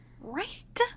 Right